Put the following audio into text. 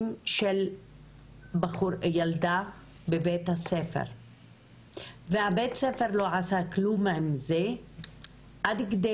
של ילדה בבית הספר ובית הספר לא עשה כלום עם זה עד כדי